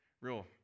Real